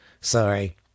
Sorry